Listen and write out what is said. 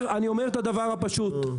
הדבר הפשוט,